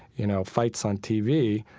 you know, fights on tv.